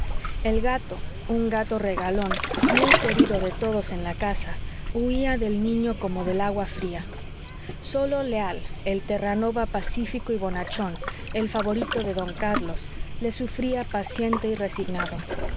el gato un gato regalón muy querido de todos en la casa huía del niño como del agua fría sólo leal el terranova pacífico y bonachón el favorito de don carlos le sufría paciente y resignado el